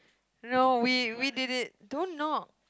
no we we did it don't knock